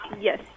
Yes